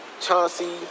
Chauncey